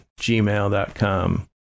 gmail.com